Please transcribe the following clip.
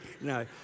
No